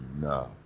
no